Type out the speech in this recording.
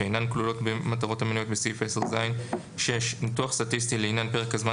שאינן כלולות במטרות המנויות בסעיף 10ז. ניתוח סטטיסטי לעניין פרק הזמן